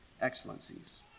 excellencies